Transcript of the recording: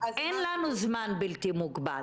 אין לנו זמן בלתי מוגבל.